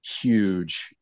huge